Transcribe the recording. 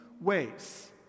ways